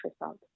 result